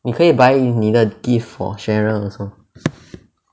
你可以 buy 你的 gift for sharon also